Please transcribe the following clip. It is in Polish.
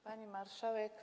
Pani Marszałek!